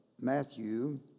Matthew